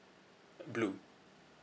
blue